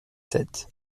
sept